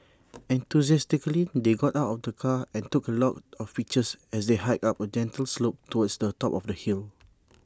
enthusiastically they got out of the car and took A lot of pictures as they hiked up A gentle slope towards the top of the hill